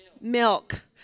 milk